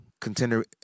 contender